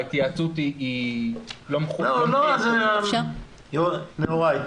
ההתייעצות היא לא --- יוראי,